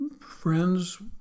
friends